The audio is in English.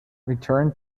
returned